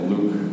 Luke